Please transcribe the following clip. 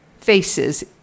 Faces